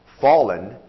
Fallen